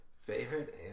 Favorite